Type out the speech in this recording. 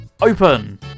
open